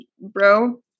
bro